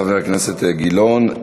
חבר הכנסת גילאון.